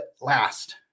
last